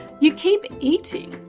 you keep eating.